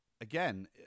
again